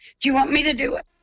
do you want me to do it.